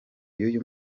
y’uyu